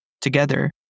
Together